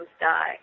die